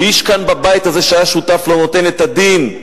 ואיש כאן בבית הזה שהיה שותף לא נותן את הדין,